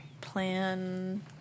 plan